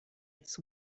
its